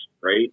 right